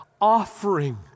offering